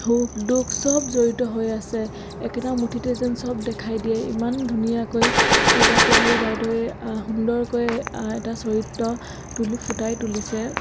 সুখ দুখ চব জড়িত হৈ আছে একেটা মুঠিতে যেন চব দেখাই দিয়ে ইমান ধুনীয়াকৈ ৰীতা চৌধুৰী বাইদেউৱে সুন্দৰকৈ এটা চৰিত্ৰ তুলি ফুটাই তুলিছে